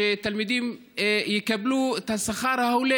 שתלמידים יקבלו את השכר ההולם.